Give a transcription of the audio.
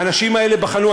והאנשים האלה בחנו,